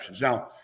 Now